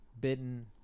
bitten